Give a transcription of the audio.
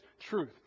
truth